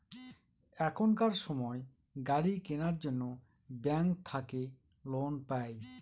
এখনকার সময় গাড়ি কেনার জন্য ব্যাঙ্ক থাকে লোন পাই